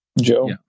Joe